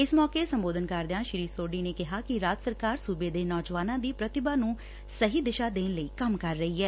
ਇਸ ਮੌਕੇ ਸੰਬੌਧਨ ਕਰਦਿਆਂ ਸ੍ੀ ਸੋਢੀ ਨੇ ਕਿਹਾ ਕਿ ਰਾਜ ਸਰਕਾਰ ਸੂਬੇ ਦੇ ਨੌਜਵਾਨਾਂ ਦੀ ਪ੍ਤਿਭਾ ਨੁੰ ਸਹੀ ਦਿਸ਼ਾ ਦੇਣ ਲਈ ਕੰਮ ਕਰ ਰਹੀ ਏ